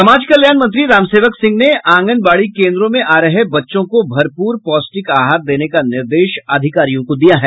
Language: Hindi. समाज कल्याण मंत्री रामसेवक सिंह ने आंगनबाड़ी केंद्रों में आ रहे बच्चों को भरपूर पौष्टिक आहार देने का निर्देश अधिकारियों को दिया है